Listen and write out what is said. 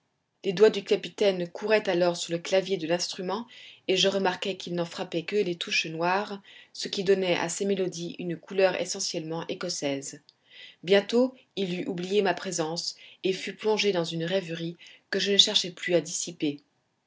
les doigts du capitaine couraient alors sur le clavier de l'instrument et je remarquai qu'il n'en frappait que les touches noires ce qui donnait à ses mélodies une couleur essentiellement écossaise bientôt il eut oublié ma présence et fut plongé dans une rêverie que je ne cherchai plus à dissiper